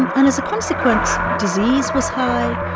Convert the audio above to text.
and and as a consequence, disease was high.